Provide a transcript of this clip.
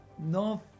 no